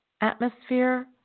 atmosphere